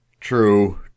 true